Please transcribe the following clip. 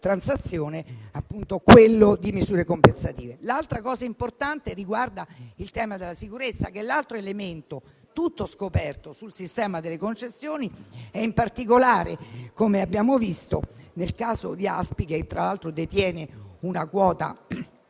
transazione è quello delle misure compensative. L'altra cosa importante riguarda il tema della sicurezza, che è l'altro elemento del tutto scoperto sul sistema delle concessioni e in particolare nel caso di ASPI, che tra l'altro detiene una quota